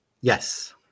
Yes